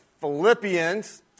Philippians